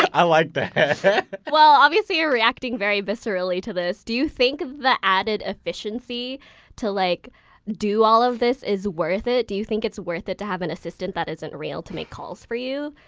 i like that well, obviously you're reacting very viscerally to this. do you think the added efficiency to like do do all of this is worth it? do you think it's worth it to have an assistant that isn't real, to make calls for you?